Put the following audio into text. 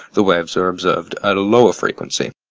the waves are ob served at a lower frequency.